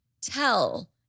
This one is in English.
tell